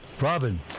Robin